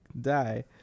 die